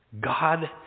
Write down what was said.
God